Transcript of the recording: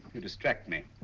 you distract me.